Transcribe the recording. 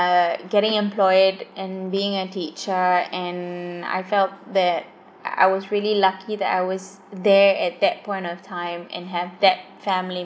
uh getting employed and being a teacher and I felt that I I was really lucky that I was there at that point of time and have that family